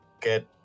get